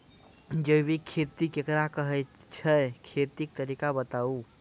जैबिक खेती केकरा कहैत छै, खेतीक तरीका बताऊ?